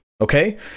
Okay